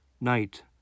Night